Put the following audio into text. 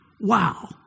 Wow